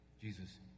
Jesus